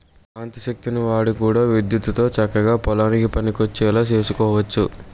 కాంతి శక్తిని వాడి కూడా విద్యుత్తుతో చక్కగా పొలానికి పనికొచ్చేలా సేసుకోవచ్చు